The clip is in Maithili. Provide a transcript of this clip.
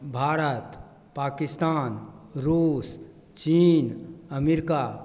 भारत पाकिस्तान रूस चीन अमेरिका